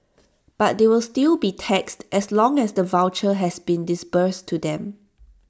but they will still be taxed as long as the voucher has been disbursed to them